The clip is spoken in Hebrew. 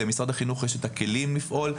למשרד החינוך יש את הכלים לפעול,